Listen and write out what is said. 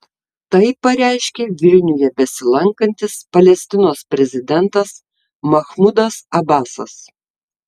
tai pareiškė vilniuje besilankantis palestinos prezidentas mahmudas abasas